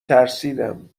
ترسیدم